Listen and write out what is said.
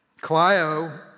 Clio